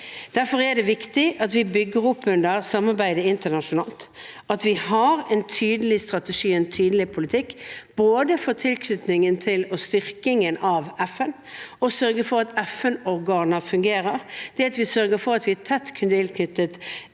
Derfor er det viktig at vi bygger opp under samarbeidet internasjonalt, at vi sørger for at vi har en tydelig strategi og en tydelig politikk – både for tilknytningen til og styrkingen av FN, og at vi sørger for at FN-organer fungerer, at vi sørger for at vi er tett tilknyttet